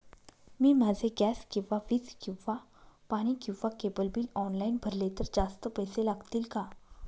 मी माझे गॅस किंवा वीज किंवा पाणी किंवा केबल बिल ऑनलाईन भरले तर जास्त पैसे लागतील का?